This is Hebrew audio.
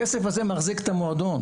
הכסף הזה מחזיק את המועדון.